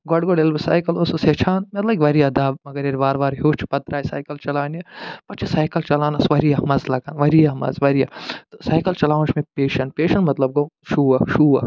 گۄڈٕ گۄڈٕ ییٚلہِ بہٕ سایکل اوسُس ہیٚچھان مےٚ لٔگۍ وارِیاہ دب مگر ییٚلہِ وار وارٕ ہیوٚچھ پتہٕ ترٛاے سایکل چَلاونہِ پتہٕ چھِ سایکل چلاونَس وارِیاہ مَزٕ لَگان وارِیاہ مَزٕ وارِیاہ تہٕ سایکل چَلاوُن چھُ مےٚ پیشَن پیشَن مطلب گوٚو شوق شوق